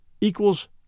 equals